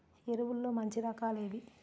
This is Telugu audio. ఎరువుల్లో మంచి రకాలు ఏవి?